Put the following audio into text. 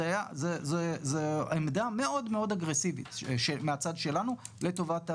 זו עמדה מאוד אגרסיבית מהצד שלנו לטובת המבוטחים,